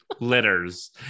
litters